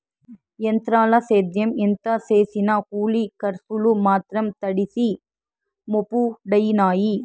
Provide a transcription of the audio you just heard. ఎంత్రాల సేద్యం ఎంత సేసినా కూలి కర్సులు మాత్రం తడిసి మోపుడయినాయి